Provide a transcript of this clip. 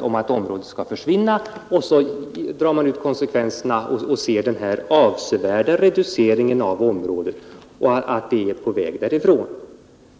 om att området kan komma att försvinna. När man därtill noterar den reducering som har skett och drar ut konsekvenserna därav är det naturligt att många är rädda för att Ånge som trafikområde kommer att upphöra.